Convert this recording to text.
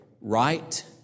Right